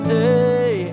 day